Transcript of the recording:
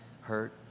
hurt